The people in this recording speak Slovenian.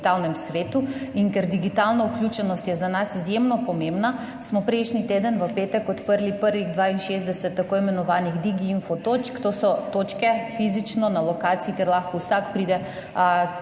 In ker je digitalna vključenost za nas izjemno pomembna, smo v petek prejšnji teden odprli prvih 62 tako imenovanih digi info točk, to so točke fizično na lokaciji, kamor lahko vsak pride,